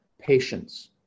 patience